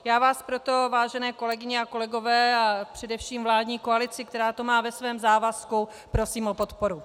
Já vás proto, vážené kolegyně a kolegové, a především vládní koalici, která to má ve svém závazku, prosím o podporu.